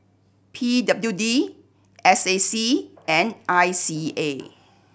P W D S A C and I C A